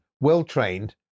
well-trained